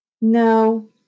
No